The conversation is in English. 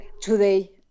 today